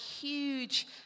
huge